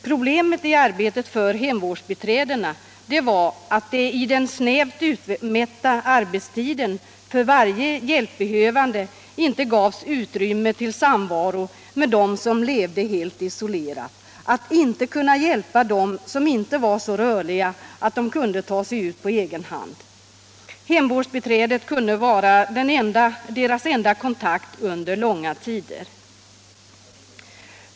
Problemet med hemvårdsbiträdenas arbete var att den snävt utmätta arbetstiden hos varje hjälpbehövande inte gav utrymme för samvaro med dem som levde helt isolerat och inte möjlighet att hjälpa dem som inte var så rörliga att de kunde ta sig ut på egen hand. Hemvårdsbiträdet kunde vara deras enda kontakt under långa tider.